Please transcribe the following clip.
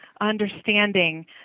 understanding